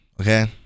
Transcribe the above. Okay